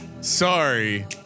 Sorry